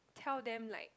tell them like